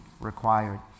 required